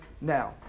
now